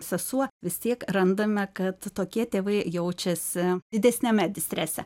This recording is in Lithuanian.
sesuo vis tiek randame kad tokie tėvai jaučiasi didesniame distrese